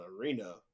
arena